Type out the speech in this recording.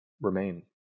remain